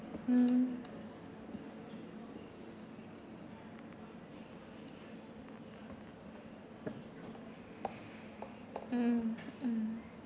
mm mm mm